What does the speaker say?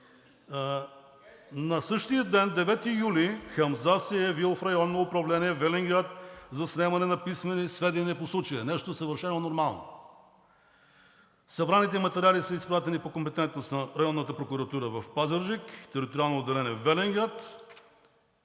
На същия ден – 9 юли – Хамза се е явил в Районно управление – Велинград, за снемане на писмени сведения по случая, нещо съвършено нормално. Събраните материали са изпратени по компетентност на Районната прокуратура в Пазарджик, Териториално отделение – Велинград.